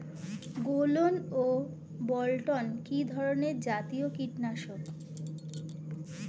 গোলন ও বলটন কি ধরনে জাতীয় কীটনাশক?